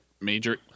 major